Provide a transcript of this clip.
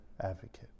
advocate